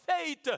faith